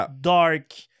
dark